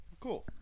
cool